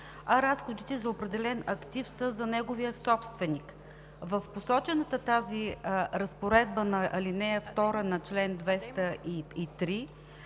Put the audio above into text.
а разходите за определен актив са за неговия собственик. В посочената разпоредба на ал. 2 на чл. 203